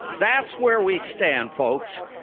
that's where we stand, folks.